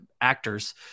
actors